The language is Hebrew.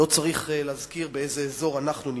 לא צריך להזכיר באיזה אזור אנחנו נמצאים.